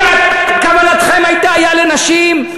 אם כוונתם הייתה לנשים,